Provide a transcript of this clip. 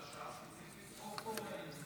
יש פופקורן.